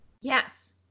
Yes